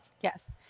Yes